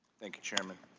thank you chairman.